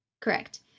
Correct